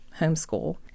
homeschool